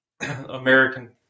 American